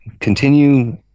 continue